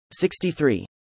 63